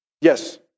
Yes